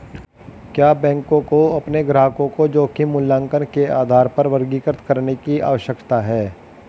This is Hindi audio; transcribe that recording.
क्या बैंकों को अपने ग्राहकों को जोखिम मूल्यांकन के आधार पर वर्गीकृत करने की आवश्यकता है?